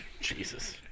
Jesus